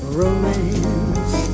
romance